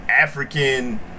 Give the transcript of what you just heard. African